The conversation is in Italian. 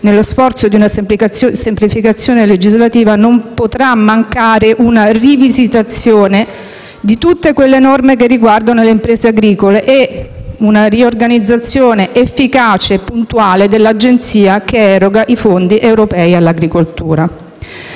nello sforzo di una semplificazione legislativa, non potrà mancare una rivisitazione di tutte quelle norme che riguardano le imprese agricole e una riorganizzazione efficace e puntuale dell'agenzia che eroga i fondi europei all'agricoltura.